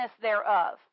thereof